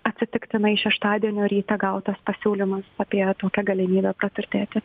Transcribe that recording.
atsitiktinai šeštadienio rytą gautas pasiūlymas apie tokią galimybę praturtėti